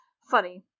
funny